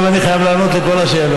עכשיו אני חייב לענות על כל השאלות.